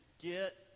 get